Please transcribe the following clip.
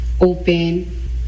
open